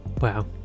wow